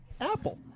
Apple